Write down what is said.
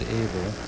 able